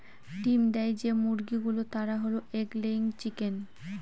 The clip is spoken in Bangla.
ডিম দেয় যে মুরগি গুলো তারা হল এগ লেয়িং চিকেন